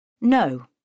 No